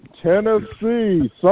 Tennessee